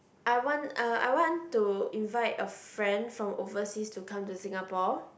I want uh I want to invite a friend from overseas to come to Singapore